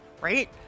Right